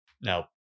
Now